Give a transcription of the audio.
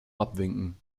abwinken